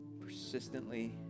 persistently